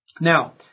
Now